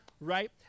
right